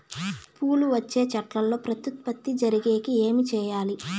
పూలు వచ్చే చెట్లల్లో ప్రత్యుత్పత్తి జరిగేకి ఏమి చేయాలి?